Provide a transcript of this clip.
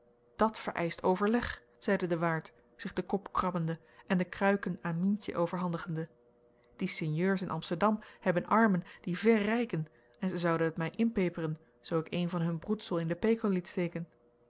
dat vereischt overleg zeide de waard zich den kop krabbende en de kruiken aan mientje overhandigende die sinjeurs in amsterdam hebben armen die ver reiken en zij zouden het mij inpeperen zoo ik een van hun broedsel in den pekel liet steken